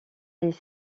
les